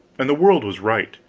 and the world was right,